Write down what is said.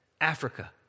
Africa